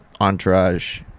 Entourage